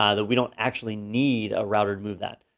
um that we don't actually need a router to move that.